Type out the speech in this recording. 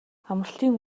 амралтын